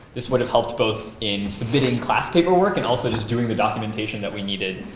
this would have helped both in submitting class paperwork and also just doing the documentation that we needed,